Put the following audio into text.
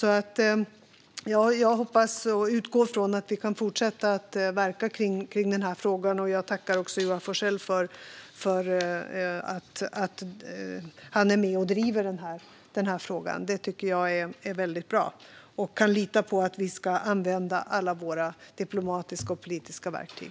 Jag hoppas och utgår från att vi kan fortsätta att verka kring den här frågan, och jag tackar Joar Forssell för att han är med och driver den. Det tycker jag är väldigt bra. Joar Forssell kan lita på att vi ska använda alla våra diplomatiska och politiska verktyg.